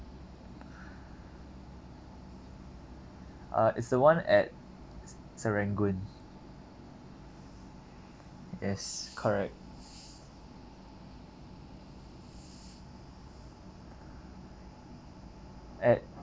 uh it's the [one] at serangoon yes correct at